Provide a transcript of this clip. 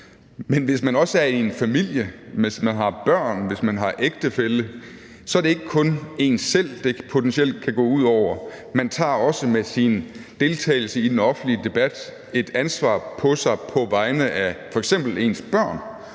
Men hvis man også er i en familie, hvis man har børn, hvis man har en ægtefælle, er det ikke kun en selv, det potentielt kan gå ud over; man tager også med sin deltagelse i den offentlige debat et ansvar på sig på vegne af f.eks.